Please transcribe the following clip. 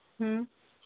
ہوں